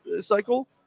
cycle